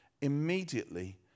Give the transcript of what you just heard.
Immediately